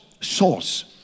source